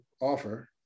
offer